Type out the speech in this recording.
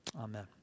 amen